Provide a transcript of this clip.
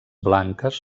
blanques